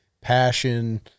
passion